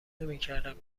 نمیکردم